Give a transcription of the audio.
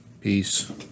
Peace